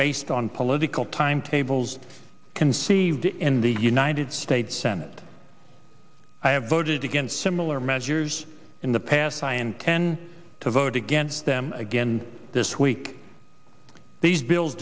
based on political timetables conceived in the united states senate i have voted against similar measures in the past i intend to vote against them again this week these bills